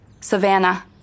Savannah